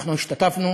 אנחנו השתתפנו